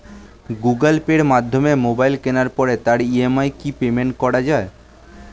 Google পের মাধ্যমে mobile কেনার পরে তার ই.এম.আই কি পেমেন্ট করা যায়?